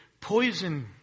poison